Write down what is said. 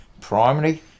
primary